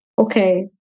okay